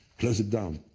close it down.